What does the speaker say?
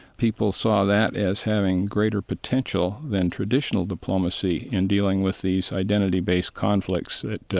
people saw that as having greater potential than traditional diplomacy in dealing with these identity-based conflicts that,